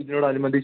ആ